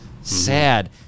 Sad